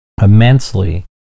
immensely